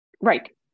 Right